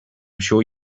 sure